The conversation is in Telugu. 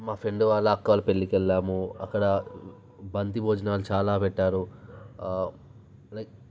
మా ఫ్రెండ్ వాళ్ళ అక్క వాళ్ళ పెళ్ళికి వెళ్ళాము అక్కడ బంతి భోజనాలు చాలా పెట్టారు లైక్